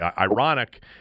ironic